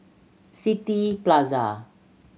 City Plaza